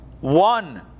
one